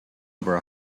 over